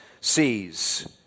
sees